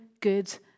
good